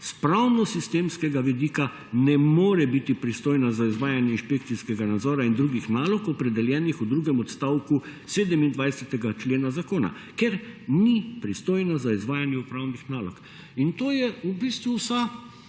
s pravno sistemskega vidika ne more biti pristojna za izvajanje inšpekcijskega nadzora in drugih nalog opredeljenih v drugem odstavku 27. člena zakona, ker ni pristojna za izvajanje upravnih nalog in to je v bistvu vsa